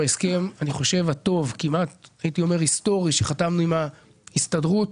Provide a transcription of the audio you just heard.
הוא בהסכם הטוב והכמעט היסטורי שחתמנו עם ההסתדרות